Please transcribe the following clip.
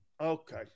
okay